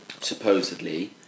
supposedly